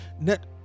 net